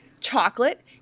chocolate